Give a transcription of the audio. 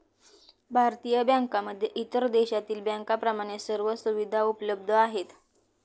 भारतीय बँकांमध्ये इतर देशातील बँकांप्रमाणे सर्व सुविधा उपलब्ध आहेत